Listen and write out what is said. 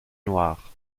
noir